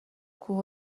کوه